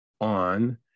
on